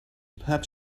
perhaps